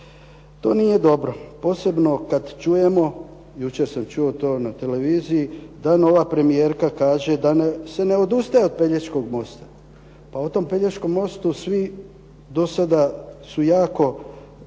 To nije dobro, posebno kad čujemo, jučer sam čuo to na televiziji da nova premijerka kaže da se ne odustaje od Pelješkog mosta. Pa o tom Pelješkom mostu svi do sada su jako